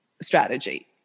strategy